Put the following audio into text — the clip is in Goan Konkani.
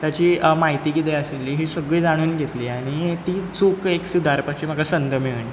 ताजी माहिती कितें आशिल्ली ही सगळी जाणून घेतली आनी ती एक चूक सुदारपाची म्हाका संद मेळ्ळी